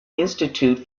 institute